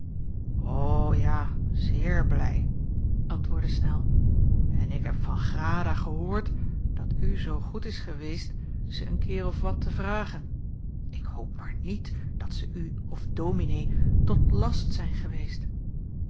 ja zeer blij antwoordde snel en ik heb van grada gehoord dat u zoo goed is geweest ze een keer of wat te vragen ik hoop maar niet dat ze u of dominee tot last zijn geweest